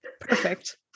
Perfect